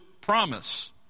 promise